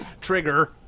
trigger